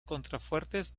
contrafuertes